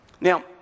Now